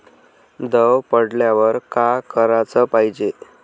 दव पडल्यावर का कराच पायजे?